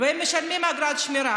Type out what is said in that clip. והם משלמים אגרת שמירה.